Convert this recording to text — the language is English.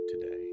today